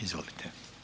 Izvolite.